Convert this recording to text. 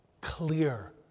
Clear